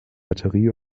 batterie